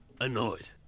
annoyed